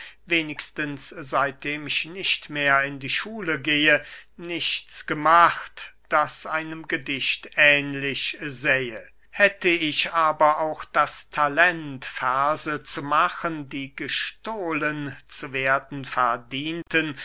wenigstens seitdem ich nicht mehr in die schule gehe nichts gemacht das einem gedicht ähnlich sähe hätte ich aber auch das talent verse zu machen die gestohlen zu werden verdienten